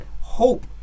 hope